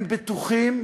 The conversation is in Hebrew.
הם בטוחים,